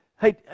hey